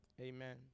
Amen